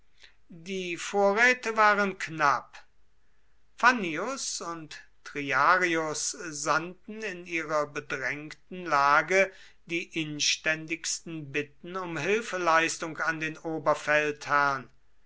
die vorräte waren knapp fannius und triarius sandten in ihrer bedrängten lage die inständigsten bitten um hilfeleistung an den